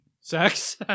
Sex